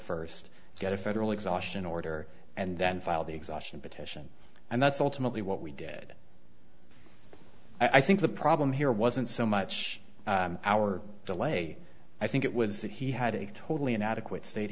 first to get a federal exhaustion order and then file the exhaustion petition and that's ultimately what we did i think the problem here wasn't so much our delay i think it was that he had a totally inadequate sta